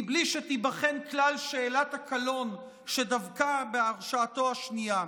מבלי שתיבחן כלל שאלת הקלון שדבקה בהרשעתו השנייה.